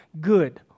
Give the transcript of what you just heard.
good